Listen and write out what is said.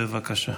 בבקשה.